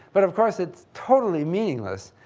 but, of course, it's totally meaningless.